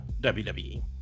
WWE